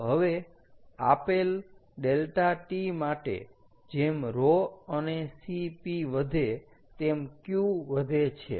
તો હવે આપેલ ∆T માટે જેમ ρ અને Cp વધે Q વધે છે